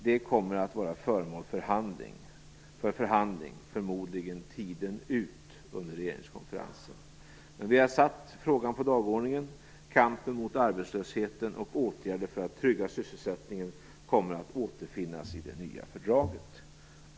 Det kommer att vara föremål för förhandling, förmodligen tiden ut för regeringskonferensen. Men vi har satt frågan på dagordningen. Kampen mot arbetslösheten och åtgärder för att trygga sysselsättningen kommer att återfinnas i det nya fördraget.